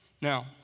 Now